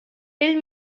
ell